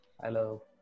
Hello